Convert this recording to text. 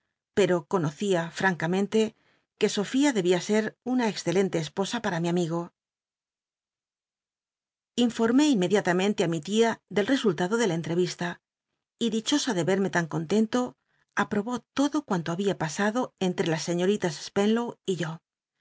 pero conocía francamente que sofía debía scl una excelente esposa para mi amigo informé inmediatamente í mi lía del rcsullado de la entre ista y dichosa de erme tan contento aprobó todo cuanto babia pasado entre las seiíoritas spcnlow y yo